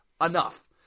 Enough